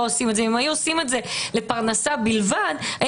חברות קדישא היו עושות את זה לפרנסה בלבד,